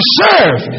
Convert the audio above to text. serve